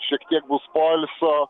šiek tiek bus poilsio